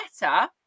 better